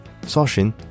Soshin